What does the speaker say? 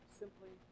simply